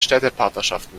städtepartnerschaften